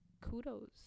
kudos